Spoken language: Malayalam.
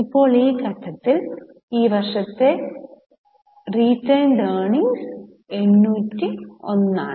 ഇപ്പോൾ ഈ ഘട്ടത്തിൽ ഈ വർഷത്തെ റീറ്റൈൻഡ് ഏർണിങ്സ് 801 ആണ്